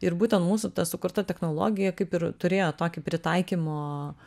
ir būtent mūsų ta sukurta technologija kaip ir turėjo tokį pritaikymo